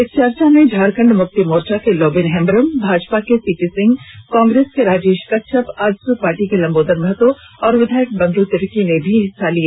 इस चर्चा में झारखंड मुक्ति मोर्चा के लोबिन हेम्ब्रम भाजपा के सीपी सिंह कांग्रेस के राजेष कच्छप आजसू पार्टी के लंबोदर महतो और विधायक बंध् तिर्की ने भी हिस्सा लिया